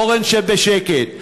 אורן, שב בשקט.